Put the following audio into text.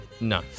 No